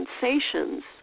sensations